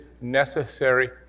necessary